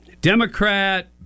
Democrat